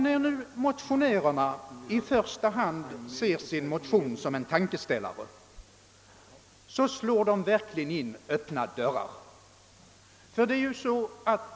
När motionärerna i första hand ser sin undersökning som en tankeställare slår de verkligen in öppna dörrar.